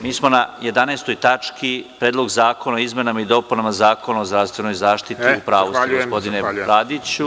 Mi smo na 11. tački Predlog zakona o izmenama i dopunama Zakona o zdravstvenoj zaštiti, u pravu ste gospodine Bradiću.